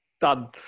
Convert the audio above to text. done